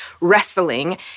wrestling